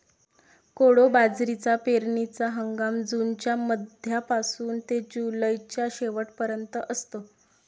कोडो बाजरीचा पेरणीचा हंगाम जूनच्या मध्यापासून ते जुलैच्या शेवट पर्यंत असतो